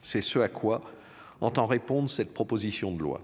C'est ce à quoi on tend répondent cette proposition de loi.